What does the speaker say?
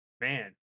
Man